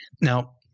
Now